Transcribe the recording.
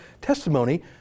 testimony